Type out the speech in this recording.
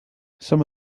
some